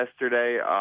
Yesterday